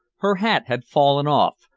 her hat had fallen off,